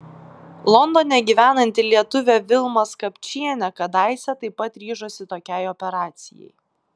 londone gyvenanti lietuvė vilma skapčienė kadaise taip pat ryžosi tokiai operacijai